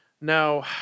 Now